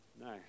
no